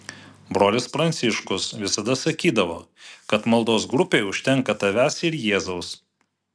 brolis pranciškus visada sakydavo kad maldos grupei užtenka tavęs ir jėzaus